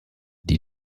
die